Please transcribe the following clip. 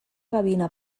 gavina